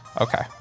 Okay